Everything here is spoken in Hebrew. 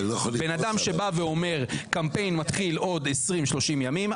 בן אדם שבא ואומר שקמפיין מתחיל בעוד 20 או 30 ימים,